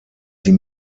sie